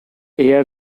air